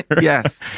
yes